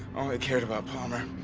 only cared about palmer.